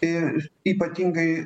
ir ypatingai